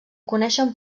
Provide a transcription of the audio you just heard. coneixen